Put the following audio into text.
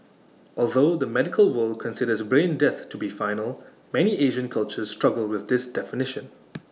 although the medical world considers brain death to be final many Asian cultures struggle with this definition